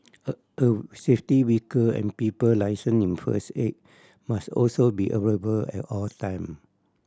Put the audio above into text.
a oh safety vehicle and people licensed in first aid must also be available at all time